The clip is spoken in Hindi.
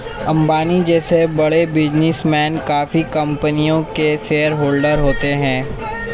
अंबानी जैसे बड़े बिजनेसमैन काफी कंपनियों के शेयरहोलडर होते हैं